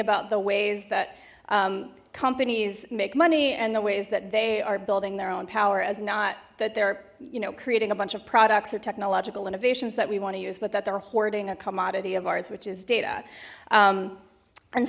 about the ways that companies make money and the ways that they are building their own power as not that they're you know creating a bunch of products or technological innovations that we want to use but that they're hoarding a commodity of ours which is data